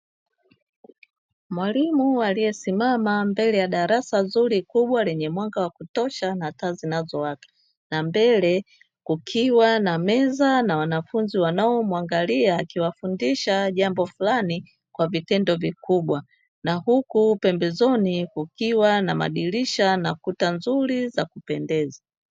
Mwalimu aliyesimama mbele ya darasa zuri kubwa lenye mwanga wa kutosha na taa zinazowaka, na mbele kukiwa na meza na wanafunzi wanaomwangalia akiwafundisha jambo fulani kwa vitendo vikubwa na huku pembezoni kukiwa na madirisha na kuta nzuri za kupendeza.